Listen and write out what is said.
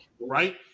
right